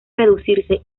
reducirse